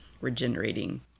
regenerating